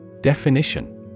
Definition